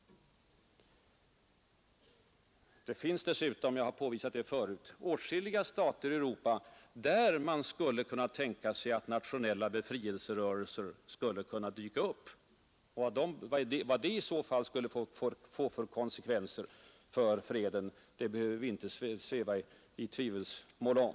Det finns dessutom — jag har påvisat det förut — åtskilliga stater i Europa där man kan tänka sig att ”nationella befrielserörelser” skulle kunna växa fram. Vad det i så fall skulle få för konsekvenser för freden, det behöver vi inte sväva i tvivelsmål om.